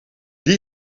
die